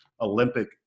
Olympic